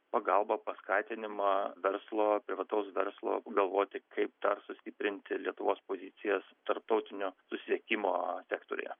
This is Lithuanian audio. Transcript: pagalbą paskatinimą verslo privataus verslo apgalvoti kaip tą sustiprinti lietuvos pozicijas tarptautinio susisiekimo sektoriuje